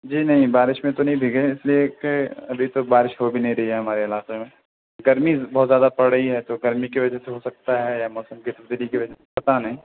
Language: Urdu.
جی نہیں بارش میں تو نہیں بھیگے اس لیے کہ ابھی تو بارش ہو بھی نہیں رہی ہے ہمارے علاقے میں گرمی بہت زیادہ پڑ رہی ہے تو گرمی کی وجہ سے ہو سکتا ہے یا موسم کی تبدیلی کی وجہ سے پتہ نہیں